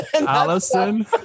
Allison